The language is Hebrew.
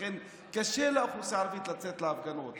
לכן קשה לאוכלוסייה הערבית לצאת להפגנות.